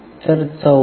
तर 34